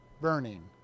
burning